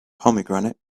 pomegranate